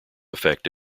effect